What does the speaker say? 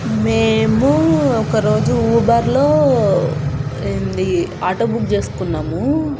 మేము ఒక రోజు ఊబర్లో ఏంది ఆటో బుక్ చేసుకున్నాము